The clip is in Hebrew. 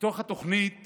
בתוך התוכנית